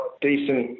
decent